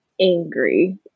angry